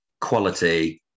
quality